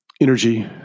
energy